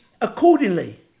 accordingly